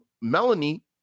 Melanie